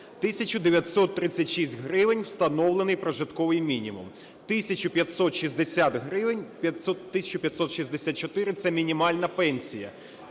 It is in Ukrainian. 1936 гривень встановлений прожитковий мінімум, 1560 гривень… 1564 – це мінімальна пенсія.